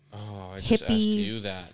hippies